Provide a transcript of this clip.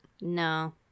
No